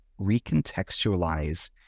recontextualize